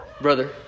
brother